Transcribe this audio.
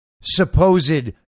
supposed